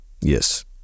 yes